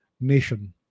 nation